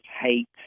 hate –